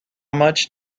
much